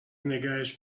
نگهش